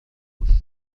الشاي